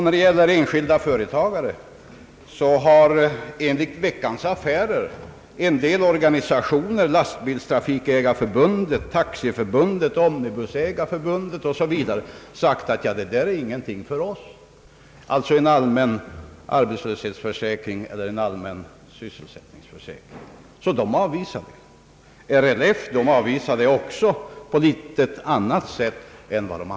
När det gäller enskilda företagare har enligt Veckans Affärer en del organisationer — Lasttrafikbilägareförbundet, Taxiförbundet, Omnibusägareförbundet 0. S. V. — sagt att de avvisar en allmän arbetslöshetsförsäkring eller en allmän sysselsättningsförsäkring. Även RLF avvisar en sådan försäkring, ehuru på annat sätt.